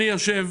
אני יושב